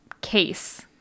case